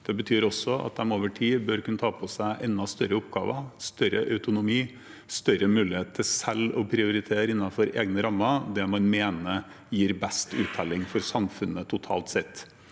Det betyr også at de over tid bør kunne ta på seg enda større oppgaver, ha større autonomi og større mulighet til selv å prioritere innenfor egne rammer det man mener gir best uttelling for samfunnet totalt sett.